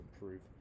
improve